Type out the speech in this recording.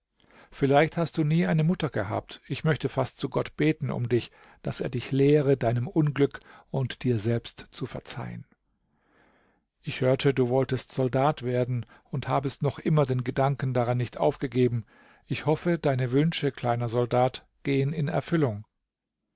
vielleicht hast du nie eine mutter gehabt ich möchte fast zu gott beten um dich daß er dich lehre deinem unglück und dir selbst zu verzeihen ich hörte du wolltest soldat werden und habest noch immer den gedanken daran nicht aufgegeben ich hoffe deine wünsche kleiner soldat gehen in erfüllung